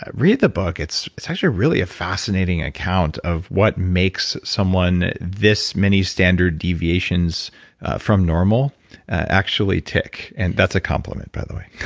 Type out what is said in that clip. ah read the book. it's it's actually really a fascinating account of what makes someone this many standard deviations from normal actually tick. and that's a compliment, by the way.